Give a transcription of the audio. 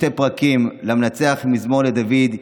שני פרקים: "למנצח מזמור לדוד.